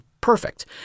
perfect